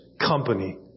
company